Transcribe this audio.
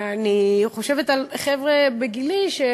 ואני חושבת על חבר'ה בגילי, אנחנו